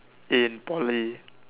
in Poly